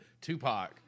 Tupac